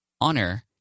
honor